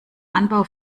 anbau